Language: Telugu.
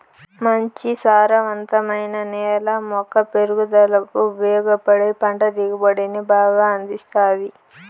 మంచి సారవంతమైన నేల మొక్క పెరుగుదలకు ఉపయోగపడి పంట దిగుబడిని బాగా అందిస్తాది